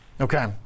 okay